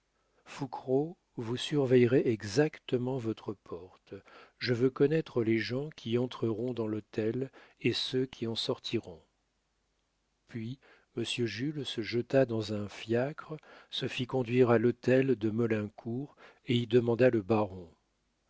fouquereau vous surveillerez exactement votre porte je veux connaître les gens qui entreront dans l'hôtel et ceux qui en sortiront puis monsieur jules se jeta dans un fiacre se fit conduire à l'hôtel de maulincour et y demanda le baron